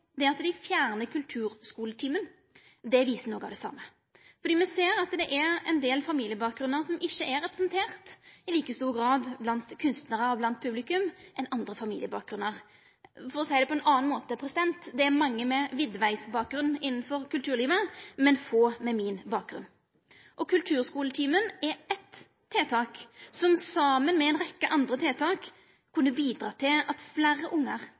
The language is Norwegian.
det er at dei fjernar kulturskuletimen. Det viser noko av det same, fordi me ser at ein del familiebakgrunnar ikkje er representerte i like stor grad som andre familiebakgrunnar blant kunstnarar og blant publikum. For å seia det på ein annan måte: Det er mange med bakgrunn som Widvey innanfor kulturlivet, men få med bakgrunnen min. Kulturskoletimen er eitt tiltak som saman med ei rekke andre tiltak kunne bidratt til at fleire ungar,